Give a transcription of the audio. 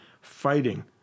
fighting